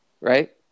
right